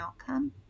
outcome